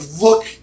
look